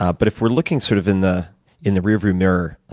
ah but if we're looking sort of in the in the rearview mirror,